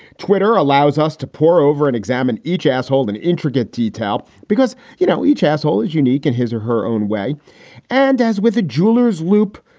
twitter allows us to pore over and examine each asshole in intricate detail because, you know, each asshole is unique in his or her own way and as with a jeweler's loop,